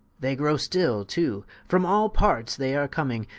they grow still too from all parts they are comming,